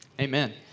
amen